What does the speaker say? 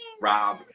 Rob